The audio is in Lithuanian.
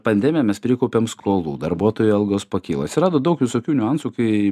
pandemiją mes prikaupėm skolų darbuotojų algos pakilo atsirado daug visokių niuansų kai